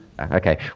Okay